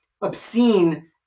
obscene